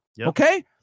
Okay